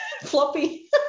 floppy